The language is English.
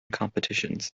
competitions